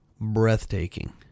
breathtaking